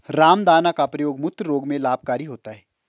रामदाना का प्रयोग मूत्र रोग में लाभकारी होता है